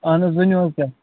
اَہن حظ ؤنو کیٛاہ